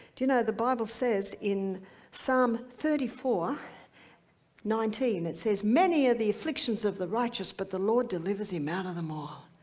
do you know the bible says in psalm thirty four nineteen it says, many are the afflictions of the righteous, but the lord delivers him out of them all.